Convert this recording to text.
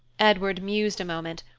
edward mused a moment,